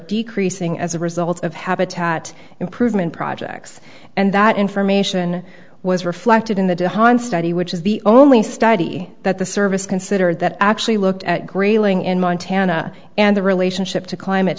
decreasing as a result of habitat improvement projects and that information was reflected in the study which is the only study that the service considered that actually looked at grayling in montana and the relationship to climate